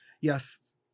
yes